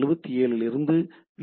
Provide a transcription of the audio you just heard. ஐ 77 இலிருந்து அது வி